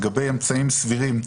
לגבי "אמצעים סבירים",